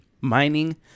mining